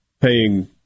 paying